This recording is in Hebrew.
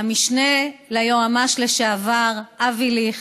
והמשנה ליועץ המשפטי לשעבר אבי ליכט.